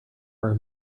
our